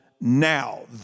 now